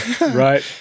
Right